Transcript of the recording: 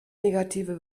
negative